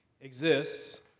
exists